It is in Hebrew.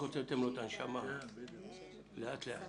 רק הוצאתם לו את הנשמה לאט לאט.